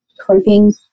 coping